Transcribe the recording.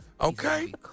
Okay